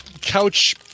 couch